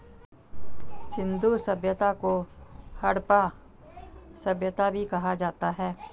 सिंधु सभ्यता को हड़प्पा सभ्यता भी कहा जाता है